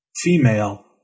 Female